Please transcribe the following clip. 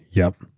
yup.